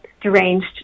deranged